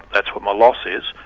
that's what my loss is,